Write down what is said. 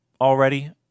already